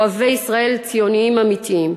אוהבי ישראל, ציונים אמיתיים,